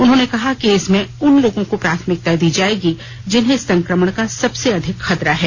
उन्होंने कहा कि इसमें उन लोगों को प्राथमिकता दी जाएगी जिन्हें संक्रमण का सबसे अधिक खतरा है